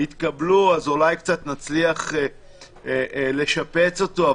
יתקבלו אז אולי קצת נצליח לשפץ אותו.